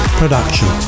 production